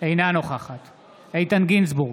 אינה נוכחת איתן גינזבורג,